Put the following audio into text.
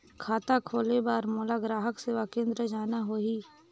खाता खोले बार मोला ग्राहक सेवा केंद्र जाना होही?